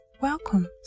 welcome